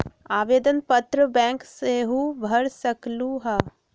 आवेदन पत्र बैंक सेहु भर सकलु ह?